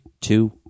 two